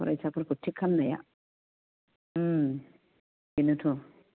फरायसाफोरखौ थिख खालामनाया ओम बेनोथ'